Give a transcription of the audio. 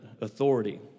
authority